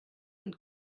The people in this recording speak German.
und